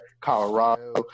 Colorado